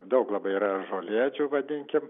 daug labai yra žolėdžių vadinkim